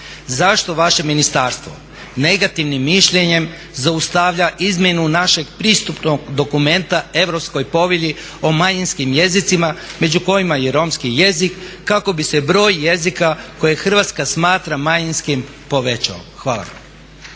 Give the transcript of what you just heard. zašto vaše ministarstvo negativnim mišljenjem zaustavlja izmjenu našeg pristupnog dokumenta Europskoj povelji o manjinskim jezicima među kojima je i romski jezik kako bi se broj jezika koje Hrvatska smatra manjinskim povećao? Hvala.